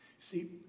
See